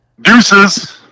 Deuces